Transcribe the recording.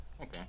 Okay